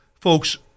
folks